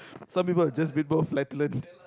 some people will just people a